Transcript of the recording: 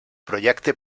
projecte